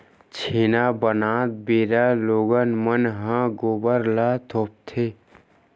छेना बनात बेरा लोगन मन ह गोबर ल थोपथे